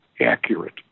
accurate